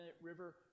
river